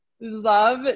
love